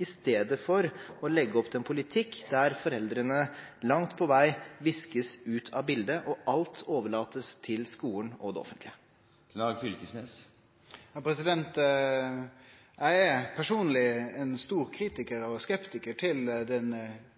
i stedet for å legge opp til en politikk der foreldrene langt på vei viskes ut av bildet og alt overlates til skolen og det offentlige?